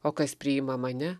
o kas priima mane